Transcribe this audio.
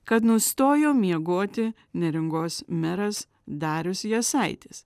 kad nustojo miegoti neringos meras darius jasaitis